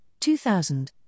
2000